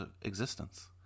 existence